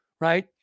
right